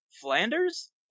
Flanders